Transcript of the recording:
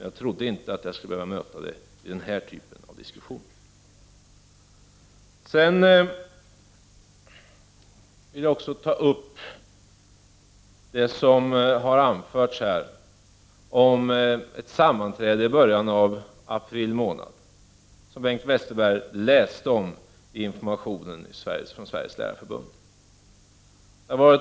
Jag trodde inte att jag skulle behöva möta det i den här typen av diskussion. Här har också talats om ett sammanträde i början av april månad. Bengt Westerberg sade att han läste om det i en information från Sveriges Lärarförbund.